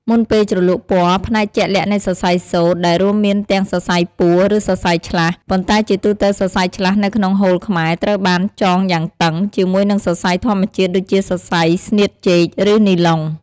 មុនពេលជ្រលក់ពណ៌ ផ្នែកជាក់លាក់នៃសរសៃសូត្រ ដែលរួមមានទាំងសរសៃពួរ ឬសរសៃឆ្លាស់ ប៉ុន្តែជាទូទៅសរសៃឆ្លាស់នៅក្នុងហូលខ្មែរ ត្រូវបាន ចងយ៉ាងតឹង ជាមួយនឹងសរសៃធម្មជាតិដូចជាសរសៃស្នៀតចេក ឬនីឡុង។